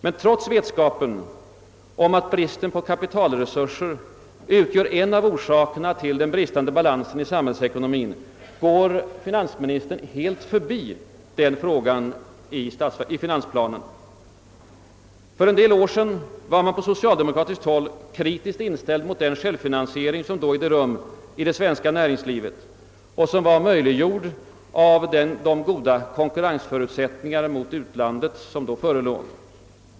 Men trots vetskapen att bristen på kapitalresurser utgör en av orsakerna till den bristande balansen i samhällsekonomien går finansministern helt förbi den frågan i finansplanen. För en del år sedan var man på socialdemokratiskt håll kritiskt inställd till den självfinansiering som då ägde rum i det svenska näringslivet och som möjliggjordes av de goda konkurrensförutsättningar i förhållande till utlandet som då förelåg.